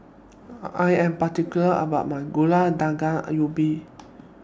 I Am particular about My Gulai Daun Ubi